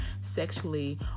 sexually